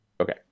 okay